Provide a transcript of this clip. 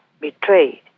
betrayed